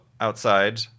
outside